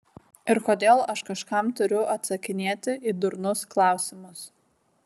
ir kodėl aš kažkam turiu atsakinėti į durnus klausimus